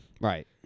right